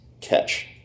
catch